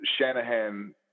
Shanahan